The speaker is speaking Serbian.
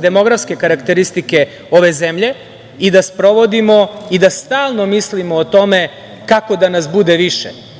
demografske karakteristike ove zemlje i da sprovodimo i da stalno mislimo o tome kako da nas bude više.